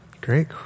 Great